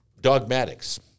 dogmatics